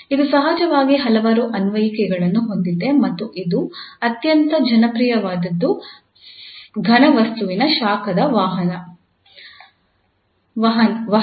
ಇದು ಸಹಜವಾಗಿ ಹಲವಾರು ಅನ್ವಯಿಕೆಗಳನ್ನು ಹೊಂದಿದೆ ಮತ್ತು ಒಂದು ಅತ್ಯಂತ ಜನಪ್ರಿಯವಾದದ್ದು ಘನವಸ್ತುವಿನ ಶಾಖದ ವಹನ